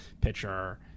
pitcher